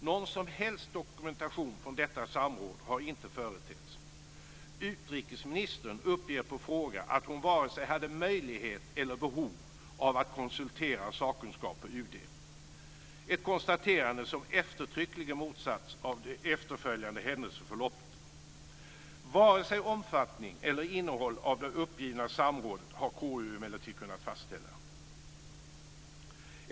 Någon som helst dokumentation från detta samråd har inte företetts. Utrikesministern uppger på fråga att hon varken hade möjlighet eller behov av att konsultera sakkunskap på UD, ett konstaterande som eftertryckligen motsagts av det efterföljande händelseförloppet. Varken omfattning eller innehåll av det uppgivna samrådet har KU emellertid kunnat fastställa.